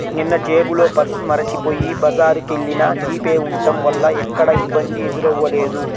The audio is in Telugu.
నిన్నజేబులో పర్సు మరచిపొయ్యి బజారుకెల్లినా జీపే ఉంటం వల్ల ఎక్కడా ఇబ్బంది ఎదురవ్వలేదు